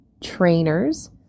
trainers